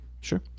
Sure